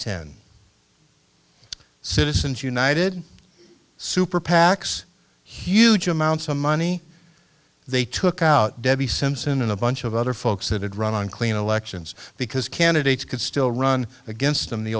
ten citizens united super pacs huge amounts of money they took out debbie simpson and a bunch of other folks that had run on clean elections because candidates could still run against them the